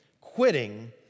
Quitting